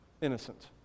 innocent